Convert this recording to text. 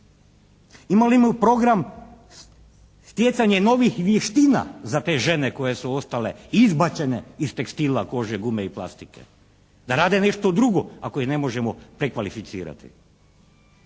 Imamo li program stjecanje novih vještina za te žene koje su ostale izbačene iz tekstila, kože, gume i plastike da rade nešto drugo, ako ih ne možemo prekvalificirati?